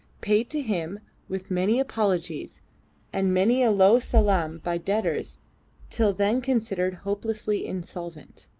paid to him with many apologies and many a low salaam by debtors till then considered hopelessly insolvent.